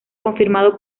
confirmado